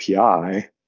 API